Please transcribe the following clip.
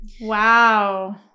Wow